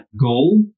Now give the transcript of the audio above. goal